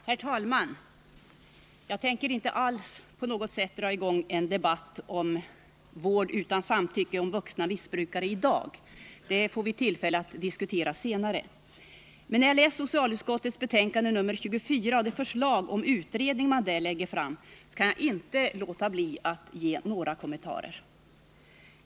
Herr talman! Jag tänker inte alls på något sätt i dag dra i gång en debatt om vård utan samtycke av vuxna missbrukare. Det får vi tillfälle att diskutera senare. Men efter att ha läst socialutskottets betänkande nr 24 och tagit del av det förslag om en utredning som där läggs fram kan jag inte låta bli att ge några kommentarer.